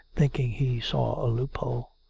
thinking he saw a loophole.